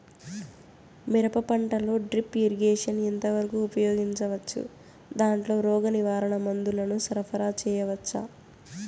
మిరప పంటలో drip irrigation ఎంత వరకు ఉపయోగించవచ్చు, దాంట్లో రోగ నివారణ మందుల ను సరఫరా చేయవచ్చా?